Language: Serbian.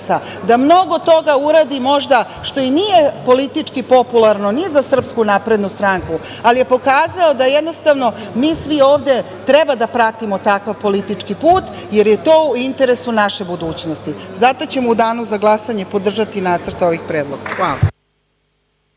da mnogo toga uradi možda što i nije politički popularno ni za SNS, ali je pokazao da jednostavno mi svi ovde treba da pratimo takav politički put, jer je to u interesu naše budućnosti. Zato ćemo u danu za glasanje podržati nacrt ovih predloga. Hvala.